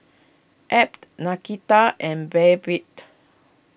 Ebb Nakita and Babette